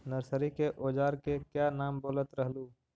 Nursery के ओजार के क्या नाम बोलत रहलू?